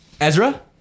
Ezra